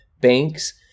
banks